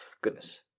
Goodness